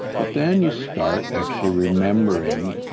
but then you start actually remembering